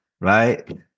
right